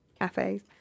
cafes